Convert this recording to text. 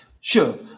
Sure